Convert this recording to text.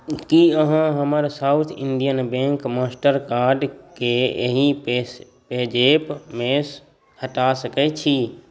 कि अहाँ हमर साउथ इण्डियन बैँक मास्टर कार्डके एहि पेजैपमेसँ हटा सकै छी